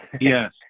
Yes